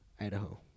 idaho